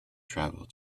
travel